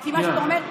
כי מה שאתה אומר,